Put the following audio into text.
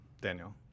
Daniel